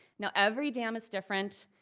now, every dam is different.